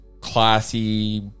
classy